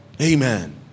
Amen